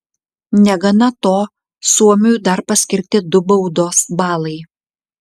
negana to suomiui dar paskirti du baudos balai